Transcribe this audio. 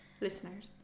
Listeners